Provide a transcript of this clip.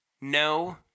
No